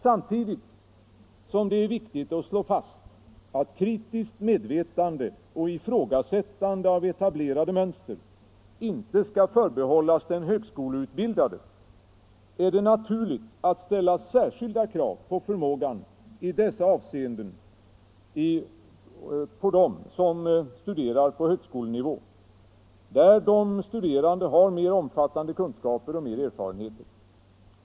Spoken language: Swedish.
Samtidigt som det är viktigt att slå fast att kritiskt medvetande och ifrågasättande av etablerade mönster inte skall förbehållas den högskoleutbildade, är det naturligt att ställa särskilda krav på att förmågan i dessa avseenden utvecklas på högskolenivå, där de studerande har mer omfattande kunskaper och erfarenheter.